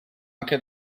anche